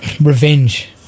revenge